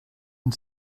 and